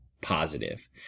positive